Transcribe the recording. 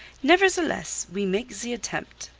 nevertheless, we make the attempt,